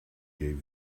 gave